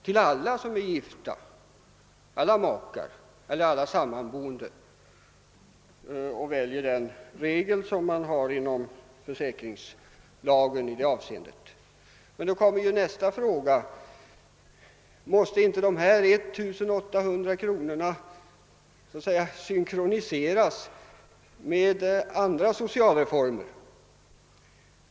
till alla gifta och andra sammanboende efter de regler som man har inom försäkringslagstiftningen. Då kommer nästa fråga: Måste inte dessa 1800 kr. samordnas med andra socialbidrag?